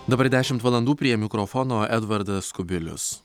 dabar dešimt valandų prie mikrofono edvardas kubilius